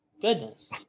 goodness